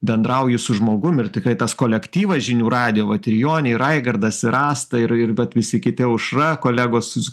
bendrauji su žmogum ir tikrai tas kolektyvas žinių radijo vat ir jonė ir raigardas ir asta ir ir vat visi kiti aušra kolegos